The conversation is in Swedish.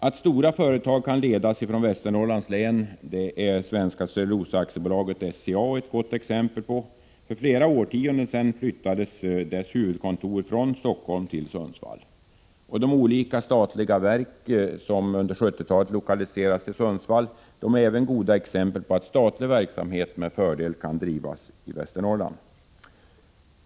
Att stora företag kan ledas från Västernorrlands län är SCA ett gott exempel på. För flera årtionden sedan flyttades dess huvudkontor från Stockholm till Sundsvall. De olika statliga verk som under 1970-talet lokaliserades till Sundsvall är också goda exempel på att statlig verksamhet med fördel kan drivas i Västernorrland.